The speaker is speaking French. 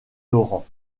laurent